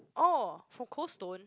orh from coldstone